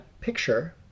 picture